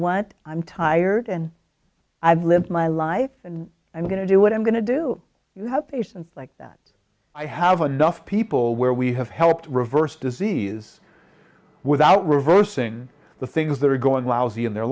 what i'm tired and i've lived my life and i'm going to do what i'm going to do to help patients like that i have enough people where we have helped reverse disease without reversing the things that are going lousy in their